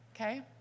Okay